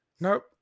Nope